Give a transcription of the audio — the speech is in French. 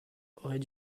aurait